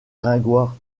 gringoire